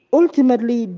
ultimately